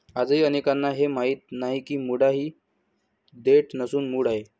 आजही अनेकांना हे माहीत नाही की मुळा ही देठ नसून मूळ आहे